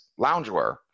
loungewear